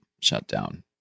shutdown